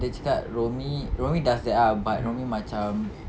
dia cakap rumi rumi does that ah but rumi macam